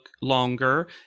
longer